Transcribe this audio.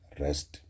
rest